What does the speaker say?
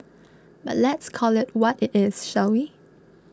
but let's call it what it is shall we